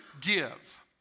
give